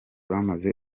bamaze